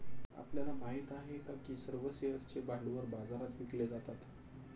आपल्याला माहित आहे का की सर्व शेअर्सचे भांडवल बाजारात विकले जातात?